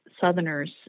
Southerners